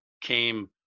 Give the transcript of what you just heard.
came